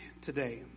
today